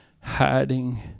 hiding